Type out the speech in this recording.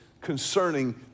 concerning